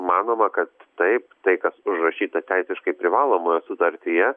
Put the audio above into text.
manoma kad taip tai kas užrašyta teisiškai privalomoje sutartyje